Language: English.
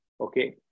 Okay